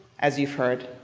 as you've heard,